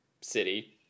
city